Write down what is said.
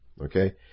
Okay